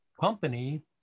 company